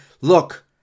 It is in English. look